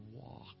walk